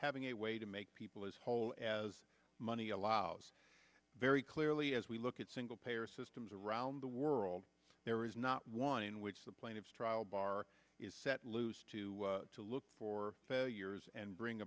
having a way to make people as whole as money allows very clearly as we look at single payer systems around the world there is not one in which the plaintiffs trial bar is set loose to to look for failures and bring